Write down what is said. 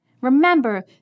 Remember